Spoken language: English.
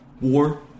War